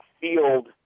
field